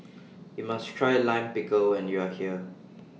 YOU must Try Lime Pickle when YOU Are here